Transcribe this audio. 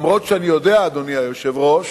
גם אם אני יודע, אדוני היושב-ראש,